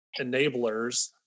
enablers